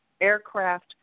aircraft